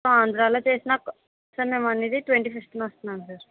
so ఆంధ్రాలో చేసిన sir మేమనేది ట్వంటీ ఫిఫ్త్న వస్తున్నాం సార్